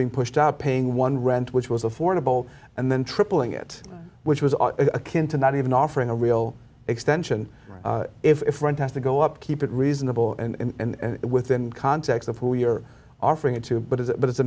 being pushed out paying one rent which was affordable and then tripling it which was akin to not even offering a real extension if rent has to go up keep it reasonable and within context of who you're offering it to but is it but it's a